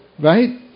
Right